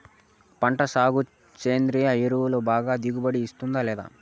పంట సాగుకు సేంద్రియ ఎరువు బాగా దిగుబడి ఇస్తుందా లేదా